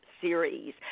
series